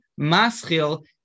maschil